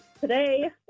Today